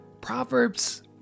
Proverbs